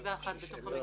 91 בתוך המקלטים.